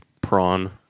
prawn